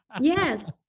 yes